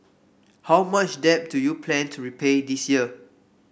how much debt do you plan to repay this year